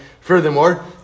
Furthermore